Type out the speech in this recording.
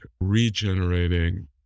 regenerating